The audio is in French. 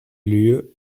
lieu